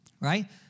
right